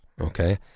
Okay